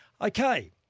Okay